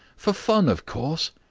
for fun, of course.